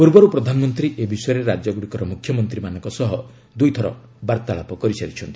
ପୂର୍ବରୁ ପ୍ରଧାନମନ୍ତ୍ରୀ ଏ ବିଷୟରେ ରାଜ୍ୟଗୁଡ଼ିକର ମୁଖ୍ୟମନ୍ତ୍ରୀମାନଙ୍କ ସହ ଦୁଇଥର ବାର୍ତ୍ତାଳାପ କରିସାରିଛନ୍ତି